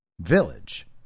village